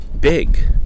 Big